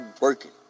working